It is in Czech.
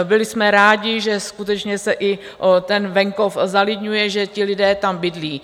Byli jsme rádi, že skutečně se i ten venkov zalidňuje, že ti lidé tam bydlí.